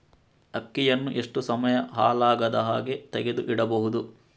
ಅಕ್ಕಿಯನ್ನು ಎಷ್ಟು ಸಮಯ ಹಾಳಾಗದಹಾಗೆ ತೆಗೆದು ಇಡಬಹುದು?